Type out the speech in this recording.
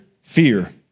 fear